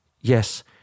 yes